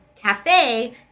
cafe